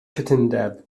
cytundeb